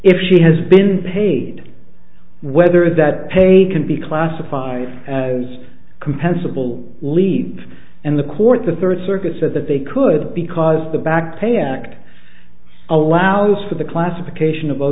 if she has been paid whether that paid can be classified as compensable leave and the court the third circuit said that they could because the back pay act allows for the classification of o